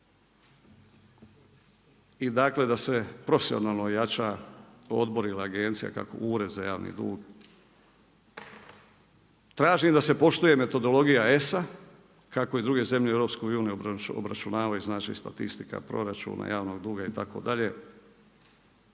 i dakle da se profesionalno ojača odbor ili agencija, Ured za javni dug. Tražim da se poštuje metodologija ESA, kako i druge zemlje u EU-a obračunavaju znači, statistika, proračune, javnog duga itd.